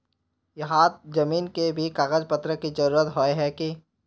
यहात जमीन के भी कागज पत्र की जरूरत होय है की?